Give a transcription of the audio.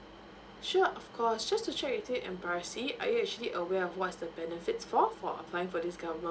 sure of course just to check with you amber si are you actually aware of what's the benefits for for applying for this government